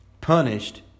punished